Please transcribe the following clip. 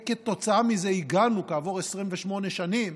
וכתוצאה מזה הגענו, כעבור 28 שנים,